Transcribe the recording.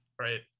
Right